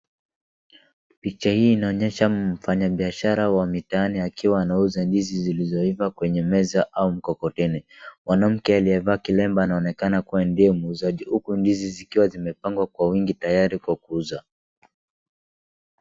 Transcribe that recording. Picha hii inaonyesha mfanyabiashara wa mitaani akiwa anauza ndizi zilizoiva kwenye meza au mkokoteni. Mwanamke aliyevaa kilemba anaonekana kuwa ndiye muuzaji, huku ndizi zikiwa zimepangwa kwa wingi tayari kwa kuuza.